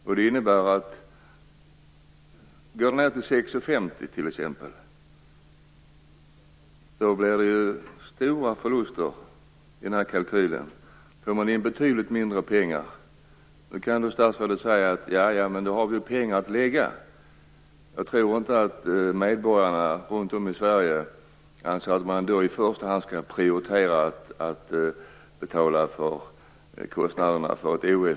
Om kronkursen går ned till t.ex. 6:50, blir det ju stora förluster jämfört med den här kalkylen. Då får man in betydligt mindre pengar. Då kan statsrådet säga: Ja, men då har vi pengar att lägga. Men jag tror inte att medborgarna runt om i Sverige anser att man i så fall i första hand skall prioritera att betala kostnaderna för ett OS.